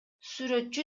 сүрөтчү